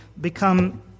become